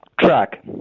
track